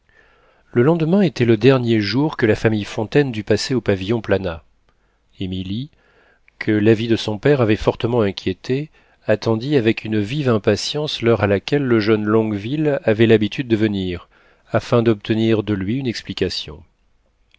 le lendemain était le dernier jour que la famille fontaine dût passer au pavillon planat émilie que l'avis de son père avait fortement inquiétée attendit avec une vive impatience l'heure à laquelle le jeune longueville avait l'habitude de venir afin d'obtenir de lui une explication